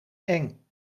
eng